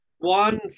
One